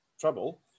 trouble